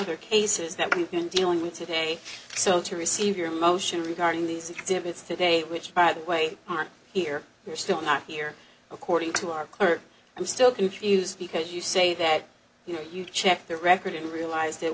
other cases that we've been dealing with today so to receive your motion regarding these exhibits today which by the way on here you're still not here according to our clerk i'm still confused because you say that you know you check their record and realize that